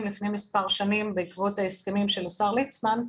לפני מספר שנים בעקבות ההסכמים של השר ליצמן,